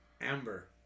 Amber